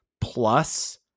plus